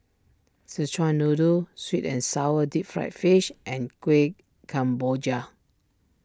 Szechuan Noodle Sweet and Sour Deep Fried Fish and Kuih Kemboja